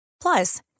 Plus